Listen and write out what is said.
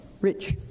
rich